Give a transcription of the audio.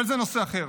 אבל זה נושא אחר.